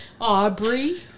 Aubrey